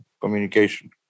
communication